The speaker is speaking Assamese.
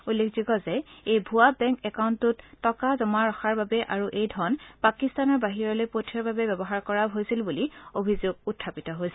উল্লেখযোগ্য যে এই ভূৱা বেংক একাউণ্টটো টকা জমা ৰখাৰ বাবে আৰু এই ধন পাকিস্তানৰ বাহিৰলৈ পঠিওৱাৰ বাবে ব্যৱহাৰ কৰা হৈছিল বুলি অভিযোগ উত্থাপিত হৈছে